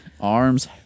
arms